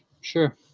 sure